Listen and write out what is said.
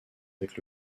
avec